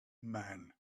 man